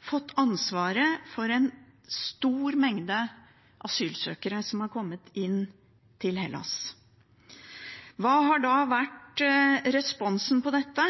fått ansvaret for en stor mengde asylsøkere som har kommet inn til Hellas. Hva har da vært responsen på dette,